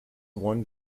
one